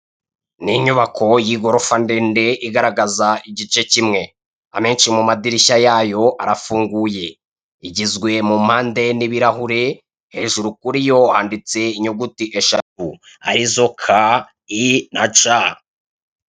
N'inyubako y'igorofa ndende igaragaza igice kimwe, amenshi mu madirishya yayo arafunguye, igizwe mumpande n'ibirahure, hejuru kuriyo handitse inyuguti eshatu arizo K, I na C.